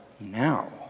now